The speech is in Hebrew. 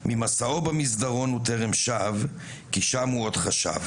/ ממסעו במסדרון הוא טרם שב, / כי שם הוא עוד חשב.